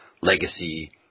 legacy